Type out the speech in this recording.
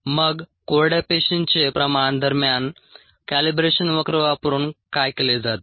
मग कोरड्या पेशींचचे प्रमाण दरम्यान कॅलिब्रेशन वक्र वापरून काय केले जाते